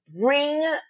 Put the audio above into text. bring